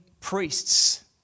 priests